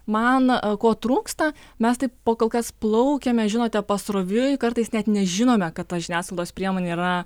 man ko trūksta mes taip pakol kas plaukiame žinote pasroviui kartais net nežinome kad ta žiniasklaidos priemonė yra